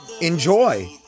Enjoy